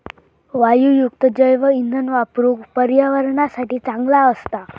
वायूयुक्त जैवइंधन वापरुक पर्यावरणासाठी चांगला असता